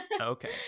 Okay